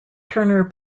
turner